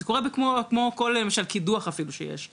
זה קורה כמו כל, למשל אפילו כשיש קידוח.